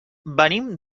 venim